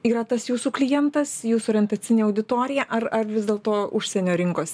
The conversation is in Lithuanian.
yra tas jūsų klientas jūsų orientacinė auditorija ar ar vis dėlto užsienio rinkos